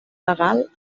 legal